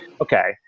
okay